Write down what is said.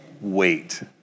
Wait